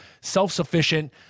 self-sufficient